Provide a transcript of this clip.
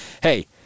hey